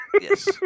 Yes